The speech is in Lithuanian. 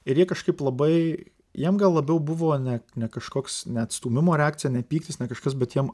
ir jie kažkaip labai jiem gal labiau buvo ne ne kažkoks ne atstūmimo reakcija ne pyktis ne kažkas bet jiem